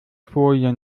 folien